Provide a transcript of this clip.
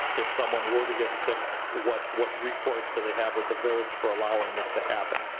if someone were to get sick, what what recourse do they have with the village for allowing this to happen?